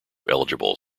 eligible